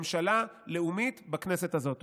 ויקימו ממשלה לאומית בכנסת הזאת.